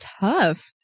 tough